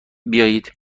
بیایید